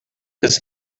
his